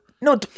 No